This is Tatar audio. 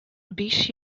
биш